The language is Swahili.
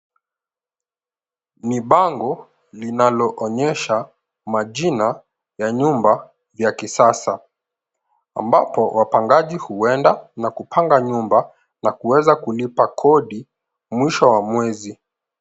Mibango, linaloonyesha majina ya nyumba ya kisasa, ambapo wapangaji huenda na kupanga nyumba na kuweza kulipa kodi mwisho wa mwezi.